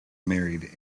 married